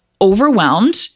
overwhelmed